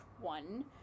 one